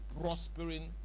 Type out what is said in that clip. prospering